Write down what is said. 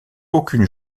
aucune